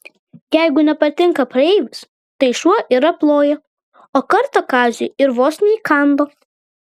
jeigu nepatinka praeivis tai šuo ir aploja o kartą kaziui ir vos neįkando